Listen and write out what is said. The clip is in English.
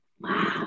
wow